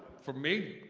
from me?